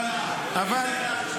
אבל --- איפה היועצת המשפטית?